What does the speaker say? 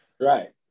Right